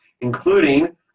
including